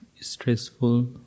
stressful